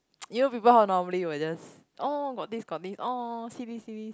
you know people how normally will just orh got this got this orh see this see this